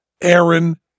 Aaron